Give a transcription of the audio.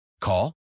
Call